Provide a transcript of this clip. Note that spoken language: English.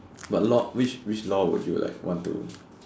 but law which which law would you like want to